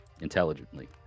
intelligently